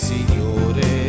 Signore